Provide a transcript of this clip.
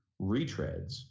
retreads